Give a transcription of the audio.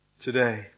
today